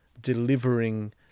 delivering